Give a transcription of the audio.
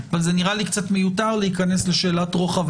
זה נראה לי קצת מיותר להיכנס לשאלת רוחב